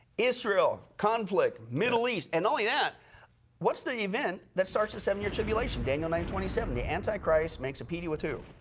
israel. conflict. middle east. and not only that what's the event that starts the seven year tribulation? daniel nine twenty seven the antichrist makes a treaty with who?